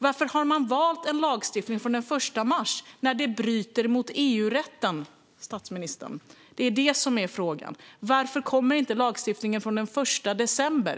Varför har man valt en lagstiftning från den 1 mars när det bryter mot EU-rätten, statsministern? Det är frågan. Varför kommer inte lagstiftningen från den 1 december?